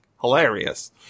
hilarious